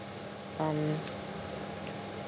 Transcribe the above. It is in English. um